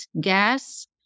gas